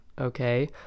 okay